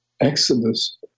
Exodus